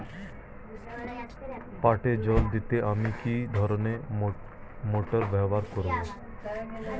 পাটে জল দিতে আমি কি ধরনের মোটর ব্যবহার করব?